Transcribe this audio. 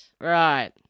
Right